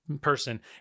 person